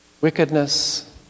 Wickedness